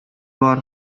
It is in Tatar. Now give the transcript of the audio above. бар